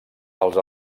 els